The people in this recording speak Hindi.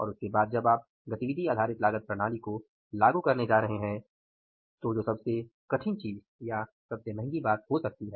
और उसके बाद जब आप एबीसी प्रणाली को लागू करने जा रहे हैं जो सबसे कठिन चीज़ या सबसे महंगी बात हो सकती है